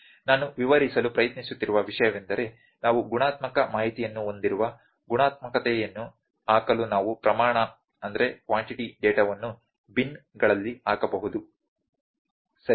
ನಾನು ವಿವರಿಸಲು ಪ್ರಯತ್ನಿಸುತ್ತಿರುವ ವಿಷಯವೆಂದರೆ ನಾವು ಗುಣಾತ್ಮಕ ಮಾಹಿತಿಯನ್ನು ಹೊಂದಿರುವ ಗುಣಾತ್ಮಕತೆಯನ್ನು ಹಾಕಲು ನಾವು ಪ್ರಮಾಣ ಡೇಟಾವನ್ನು ಬಿನ್ಗೆಗಳಲ್ಲಿ ಹಾಕಬಹುದು ಸರಿ